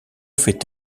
feit